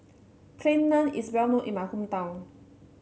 Plain Naan is well known in my hometown